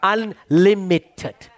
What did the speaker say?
Unlimited